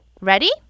Ready